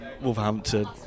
Wolverhampton